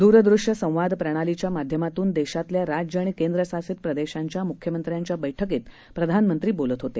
द्रदृश्य संवाद प्रणालीच्या माध्यमातून देशातल्या राज्य आणि केंद्र शासित प्रदेशांच्या मुख्यमंत्र्यांच्या बैठकीत प्रधानमंत्री बोलत होते